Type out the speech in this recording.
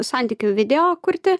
santykių video kurti